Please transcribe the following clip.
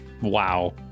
Wow